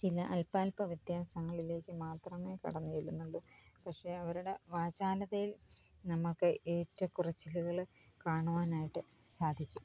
ചില അല്പാല്പ വ്യത്യാസങ്ങളിലേക്ക് മാത്രമേ കടന്നു ചെല്ലുന്നുള്ളൂ പക്ഷെ അവരുടെ വാചാലതയിൽ നമുക്ക് ഏറ്റക്കുറച്ചിലുകൾ കാണുവാനായിട്ട് സാധിക്കും